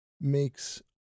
makes